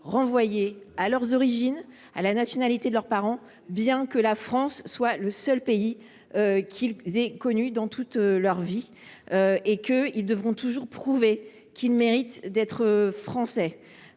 renvoyés à leurs origines et à la nationalité de leurs parents, bien que la France soit le seul pays qu’ils aient connu de toute leur vie. On leur dit qu’ils devront toujours prouver qu’ils méritent d’être Français.